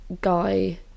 guy